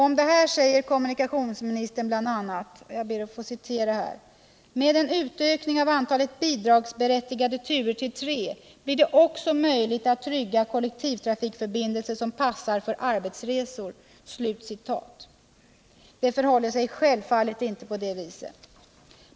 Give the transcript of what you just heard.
Om detta säger kommunikationsministern bl.a.: ”Med en utökning av antalet bidragsberättigade turer till tre blir det också möjligt att trygga kollektivtrafikförbindelser som passar för arbetsresor.” Det förhåller sig självfallet inte på det viset.